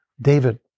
David